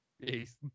Peace